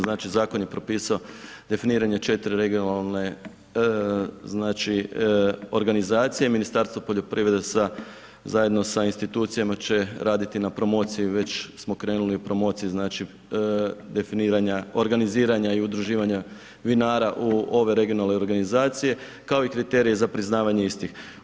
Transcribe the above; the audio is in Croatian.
Znači, Zakon je propisao definiranje četiri regionalne, znači, organizacije, Ministarstvo poljoprivrede sa, zajedno sa institucijama će raditi na promociji, već smo krenuli u promocije, znači, definiranja, organiziranja i udruživanja vinara u ove regionalne organizacije, kao i kriterije za priznavanje istih.